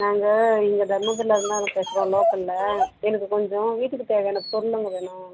நாங்கள் இங்கே தர்மபுரியில் இருந்து தாங்க பேசுகிறோம் லோக்கலில் எனக்கு கொஞ்சம் வீட்டுக்கு தேவையான பொருளுகள் வேணும்